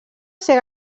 ser